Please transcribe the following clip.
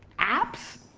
apps?